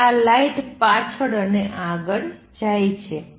અને આ લાઇટ પાછળ અને આગળ જાય છે